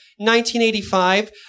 1985